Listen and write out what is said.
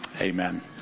amen